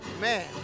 man